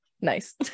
Nice